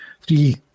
three